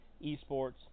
esports